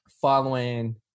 following